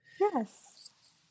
Yes